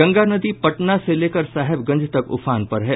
गंगा नदी पटना से लेकर साहेबगंज तक उफान पर है